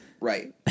Right